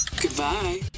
Goodbye